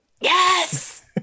Yes